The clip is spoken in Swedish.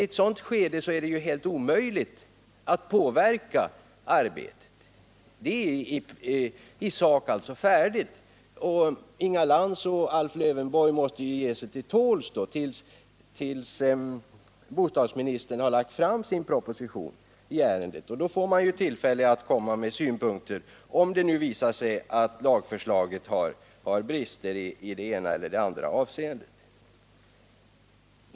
I ett sådant skede är det helt omöjligt att påverka arbetet, eftersom det är i sak färdigt. Inga Lantz och Alf Lövenborg måste då ge sig till tåls till dess att bostadsministern har lagt fram sin proposition i ärendet. Därefter har man tillfälle att framföra synpunkter, om det visar sig att lagförslaget har brister i det ena eller det andra avseendet.